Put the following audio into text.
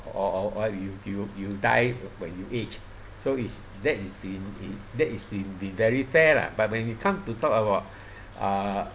or or or you you you die when you age so is that is in in that is in being very fair lah when you come to talk about uh